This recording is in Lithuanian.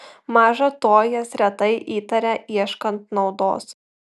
maža to jas retai įtaria ieškant naudos